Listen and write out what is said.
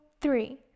three